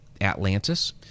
Atlantis